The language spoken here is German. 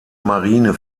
marine